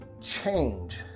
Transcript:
change